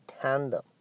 tandem